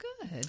good